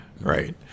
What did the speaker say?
right